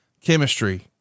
chemistry